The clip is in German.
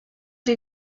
die